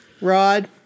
Rod